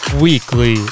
weekly